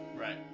Right